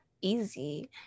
easy